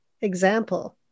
example